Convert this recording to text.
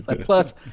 Plus